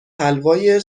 حلوای